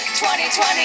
2020